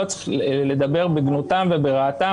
לא צריך לדבר בגנותן וברעתן,